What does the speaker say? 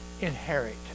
inherit